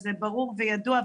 וזה ברור וידוע,